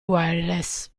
wireless